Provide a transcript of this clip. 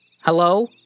Hello